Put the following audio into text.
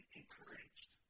encouraged